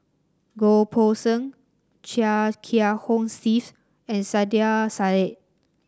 Goh Poh Seng Chia Kiah Hong Steve and Saiedah Said